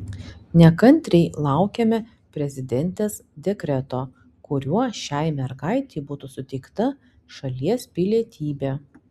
nekantriai laukiame prezidentės dekreto kuriuo šiai mergaitei būtų suteikta šalies pilietybė